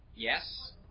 Yes